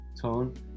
tone